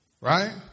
right